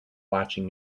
watching